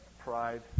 pride